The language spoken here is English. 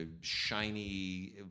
shiny